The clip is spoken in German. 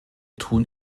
tun